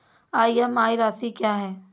EMI राशि क्या है?